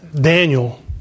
Daniel